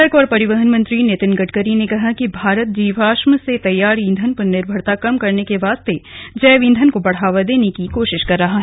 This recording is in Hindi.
सड़क और परिवहन मंत्री नितिन गडकरी ने कहा कि भारत जीवाश्म से तैयार ईंधन पर निर्भरता कम करने के वास्ते जैव ईंधन को बढ़ावा देने की कोशिश कर रहा है